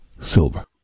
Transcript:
silver